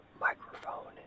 microphone